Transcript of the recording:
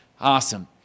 Awesome